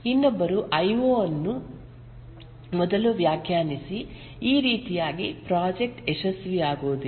ಇನ್ನೊಬ್ಬರು ಐಒ ಅನ್ನು ಮೊದಲು ವ್ಯಾಖ್ಯಾನಿಸಿ ಈ ರೀತಿಯಾಗಿ ಪ್ರಾಜೆಕ್ಟ್ ಯಶಸ್ವಿಯಾಗುವುದಿಲ್ಲ